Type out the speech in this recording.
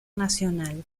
nacional